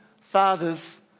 fathers